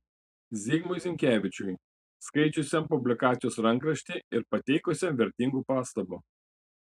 zigmui zinkevičiui skaičiusiam publikacijos rankraštį ir pateikusiam vertingų pastabų